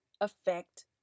affect